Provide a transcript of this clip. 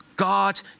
God